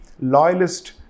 loyalist